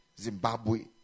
Zimbabwe